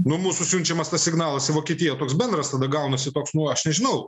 nu mūsų siunčiamas tas signalas į vokietiją toks bendras gaunasi toks nu aš nežinau